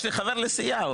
יש לי חבר לסיעה,